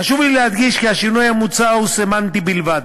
חשוב לי להדגיש כי השינוי המוצע הוא סמנטי בלבד.